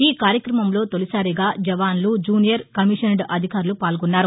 ఈ కార్యక్రమంలో తొలిసారిగా జవాన్లు జూనియర్ కమిషన్డ్ అధికారులు పాల్గొన్నారు